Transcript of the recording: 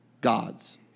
gods